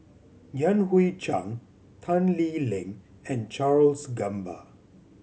Yan Hui Chang Tan Lee Leng and Charles Gamba